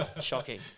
shocking